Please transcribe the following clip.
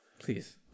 please